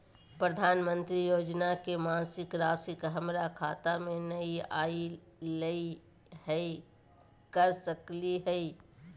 प्रधानमंत्री योजना के मासिक रासि हमरा खाता में नई आइलई हई, का कर सकली हई?